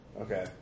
Okay